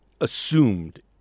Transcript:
assumed